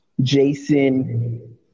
Jason